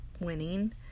winning